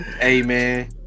Amen